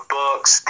books